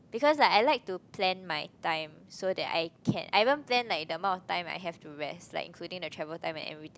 because I I like to plan my time so that I can I even plan like the amount of time I have to rest like including the travel time and everything